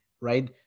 right